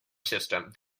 system